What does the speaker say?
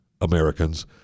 Americans